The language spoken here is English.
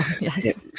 Yes